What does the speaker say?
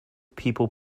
people